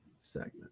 segment